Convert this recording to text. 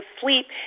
sleep